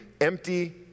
empty